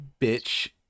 bitch